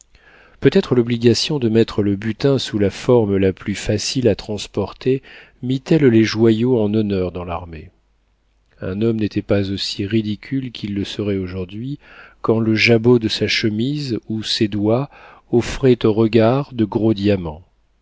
peut-être l'obligation de mettre le butin sous la forme la plus facile à transporter mit elle les joyaux en honneur dans l'armée un homme n'était pas aussi ridicule qu'il le serait aujourd'hui quand le jabot de sa chemise ou ses doigts offraient aux regards de gros diamants